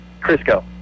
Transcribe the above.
Crisco